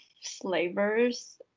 slavers